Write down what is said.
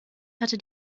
hatte